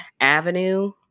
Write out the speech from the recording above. Avenue